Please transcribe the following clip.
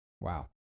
wow